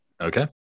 Okay